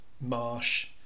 Marsh